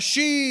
קשים,